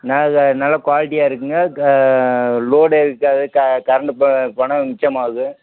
நல்லா குவாலிட்டியாக இருக்கும்ங்க லோடு இழுக்காது கரண்ட்டு போனால் மிச்சமாகும்